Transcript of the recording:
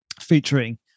featuring